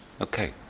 Okay